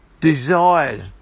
desire